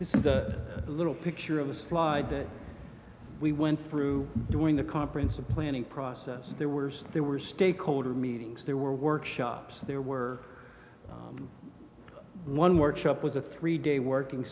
this is a little picture of the slide that we went through during the conference the planning process there were there were stakeholder meetings there were workshops there were one workshop was a three day working